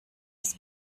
was